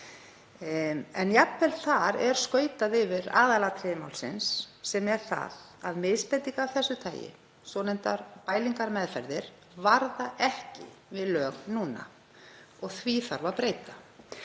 en jafnvel þar er skautað yfir aðalatriði málsins sem er það að misbeiting af þessu tagi, svonefndar bælingarmeðferðir, varðar ekki lög núna. Því þarf að breyta.